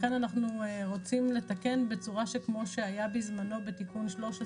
לכן אנחנו רוצים לתקן בצורה שכמו שהיה בזמנו בתיקון 13 בחוק,